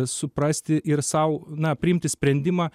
suprasti ir sau na priimti sprendimą